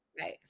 Right